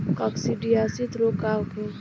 काकसिडियासित रोग का होखे?